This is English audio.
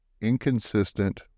inconsistent